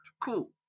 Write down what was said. cool